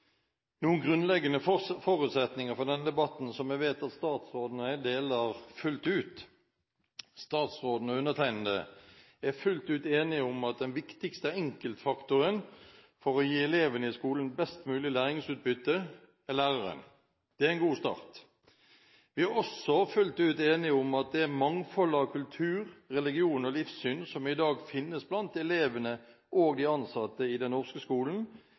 noen grunnleggende forutsetninger for denne debatten som jeg vet at statsråden og jeg deler fullt ut. Statsråden og undertegnede er fullt ut enige om at den viktigste enkeltfaktoren for å gi elevene i skolen best mulig læringsutbytte er læreren. Det er en god start. Vi er også fullt ut enige om at det mangfoldet av kultur, religion og livssyn som i dag finnes blant elevene og de ansatte i den norske skolen,